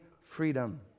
freedom